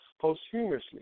posthumously